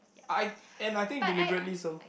I and I think deliberately so